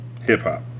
Hip-hop